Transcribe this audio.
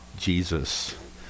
jesus